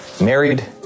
married